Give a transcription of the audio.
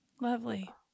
Lovely